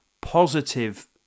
positive